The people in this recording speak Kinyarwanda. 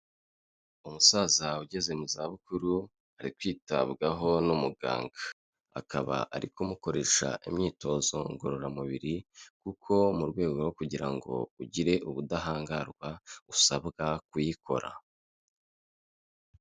Umusaza ugeze mu zabukuru ari kwitabwaho n'umuganga akaba ari kumukoresha imyitozo ngororamubiri kuko mu rwego rwo kugira ngo ugire ubudahangarwa usabwa kuyikora.